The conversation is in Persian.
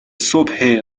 صبح